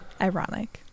ironic